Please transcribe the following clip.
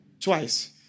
twice